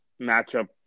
matchup